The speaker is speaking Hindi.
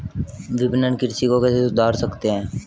विपणन कृषि को कैसे सुधार सकते हैं?